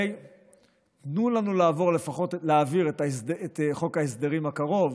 תנו לנו להעביר לפחות את חוק ההסדרים הקרוב,